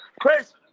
chris